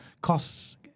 costs